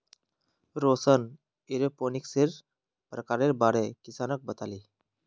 रौशन एरोपोनिक्सेर प्रकारेर बारे किसानक बताले